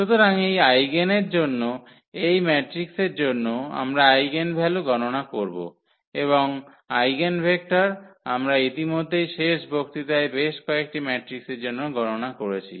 সুতরাং এই আইগেনের জন্য এই ম্যাট্রিক্সের জন্য আমরা আইগেনভ্যালু গণনা করব এবং আইগেনভেক্টর আমরা ইতিমধ্যেই শেষ বক্তৃতায় বেশ কয়েকটি ম্যাট্রিকের জন্য গণনা করেছি